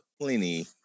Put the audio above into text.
plenty